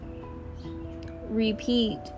repeat